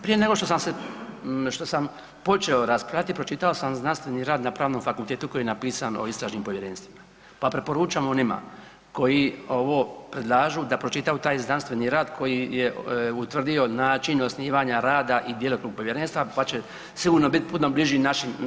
Prije nego što sam počeo raspravljati pročitao sam znanstveni rad na Pravnom fakultetu koji je napisan o istražnim povjerenstvima, pa preporučam onima koji ovo predlažu da pročitaju taj znanstveni rad koji je utvrdio način osnivanja rada i djelokrug povjerenstva, pa će sigurno biti puno bliži našim stavovima.